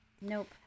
Nope